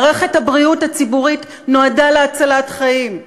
מערכת הבריאות הציבורית נועדה להצלת חיים.